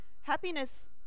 happiness